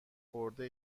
خورده